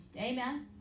Amen